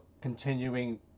continuing